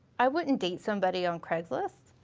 i wouldn't date somebody on craigslist.